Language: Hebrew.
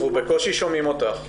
אנחנו בקושי שומעים אותך.